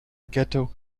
ghetto